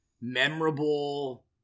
memorable